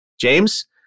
James